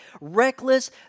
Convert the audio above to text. reckless